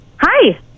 Hi